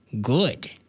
good